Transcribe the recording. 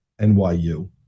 NYU